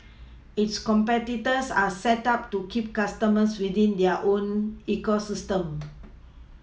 its competitors are set up to keep customers within their own ecosystems